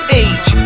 age